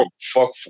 fuck